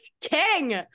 king